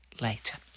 later